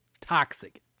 toxic